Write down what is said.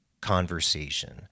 conversation